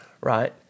right